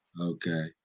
okay